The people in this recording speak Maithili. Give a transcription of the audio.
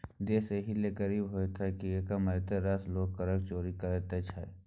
देश एहि लेल गरीब होइत छै किएक मारिते रास लोग करक चोरि करैत छै